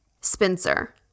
Spencer